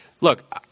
look